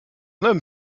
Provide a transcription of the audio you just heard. homme